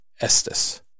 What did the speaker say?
Estes